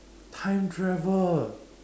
time travel